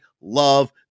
love